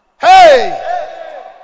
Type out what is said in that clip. Hey